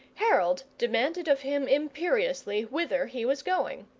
harold demanded of him imperiously whither he was going.